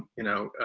you know,